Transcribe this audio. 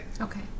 Okay